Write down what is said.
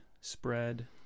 spread